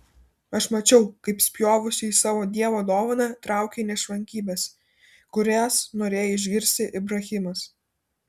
aš mačiau kaip spjovusi į savo dievo dovaną traukei nešvankybes kurias norėjo išgirsti ibrahimas